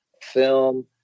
film